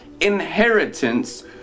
inheritance